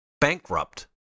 bankrupt